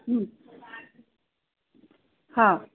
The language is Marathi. हां